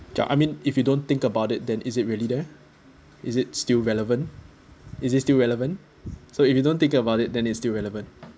ya I mean if you don't think about it then is it really there is it still relevant is it still relevant so if you don't think about it then it's still relevant